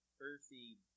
earthy